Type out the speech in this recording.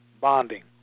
bonding